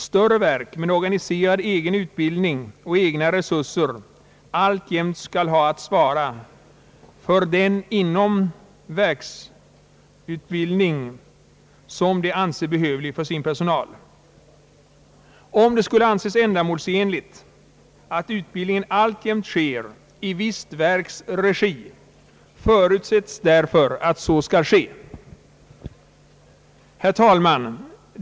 Större verk med organiserad egen utbildning och egna resurser avses alltjämt ha att svara för den inom-verksutbildning som de anser behövlig för sin personal. Om det skulle anses ändamålsenligt att utbildningen alltjämt sker i visst verks regi förutsätts därför att så skall ske. Herr talman!